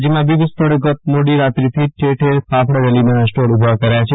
રાજયમાં વિવિધ સ્થળોએ ગત મોડી રાત્રીથી જ ઠેર ઠેર ફાફડા જલેબીના સ્ટોલ ઉભા કરાયા છે